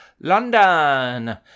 London